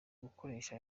gukoresha